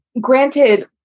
granted